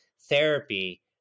therapy